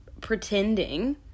pretending